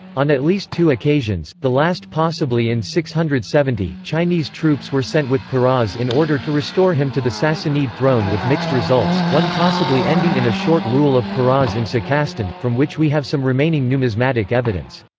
on at least two occasions, the last possibly in six hundred and seventy, chinese troops were sent with peroz in order to restore him to the sassanid throne with mixed results, one possibly ending in a short rule of peroz in sakastan, from which we have some remaining numismatic evidence.